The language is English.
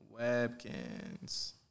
Webkins